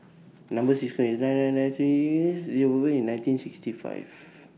Number sequence IS nine nine nine thirty eightieth nineteen sixty five